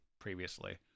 previously